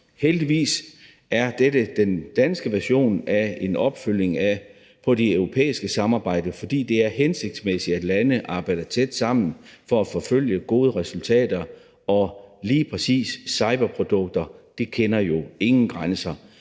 Heldigvis er dette den danske version af en opfølgning på det europæiske samarbejde, fordi det er hensigtsmæssigt, at lande arbejder tæt sammen for at forfølge gode resultater, og lige præcis cyberprodukter kender jo ingen grænser.